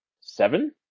seven